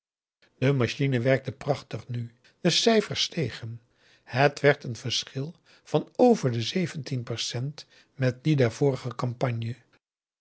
de machine werkte prachtig nu de cijfers stegen het werd een verschil van over de zeventien percent met die der vorige campagne